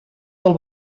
del